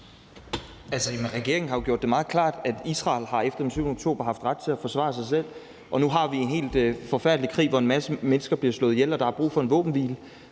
Regeringen har jo gjort det meget klart, at Israel efter den 7. oktober har haft ret til at forsvare sig selv. Nu har vi en helt forfærdelig krig, hvor en masse mennesker bliver slået ihjel og der er brug for en våbenhvile